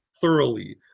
thoroughly